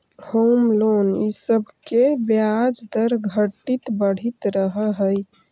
home loan इ सब के ब्याज दर घटित बढ़ित रहऽ हई